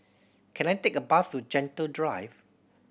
can I take a bus to Gentle Drive